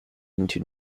into